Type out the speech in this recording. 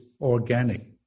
organic